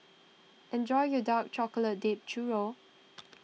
enjoy your Dark Chocolate Dipped Churro